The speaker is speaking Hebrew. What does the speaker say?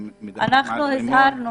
הזהרנו,